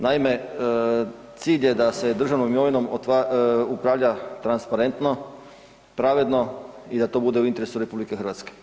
Naime, cilj je da se državnom imovinom upravlja transparentno, pravedno i da to bude u interesu RH.